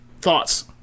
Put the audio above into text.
Thoughts